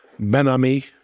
Benami